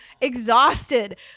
exhausted